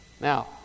Now